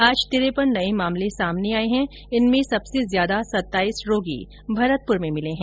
आज तिरेपन नये मामले सामने आए हैं इनमें सबसे ज्यादा सत्ताईस रोगी भरतपूर में मिले हैं